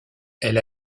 elle